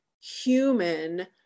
human